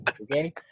Okay